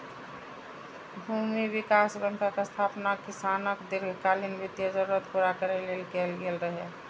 भूमि विकास बैंकक स्थापना किसानक दीर्घकालीन वित्तीय जरूरत पूरा करै लेल कैल गेल रहै